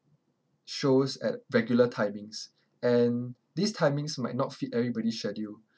shows at regular timings and these timings might not fit everybody's schedule